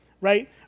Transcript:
right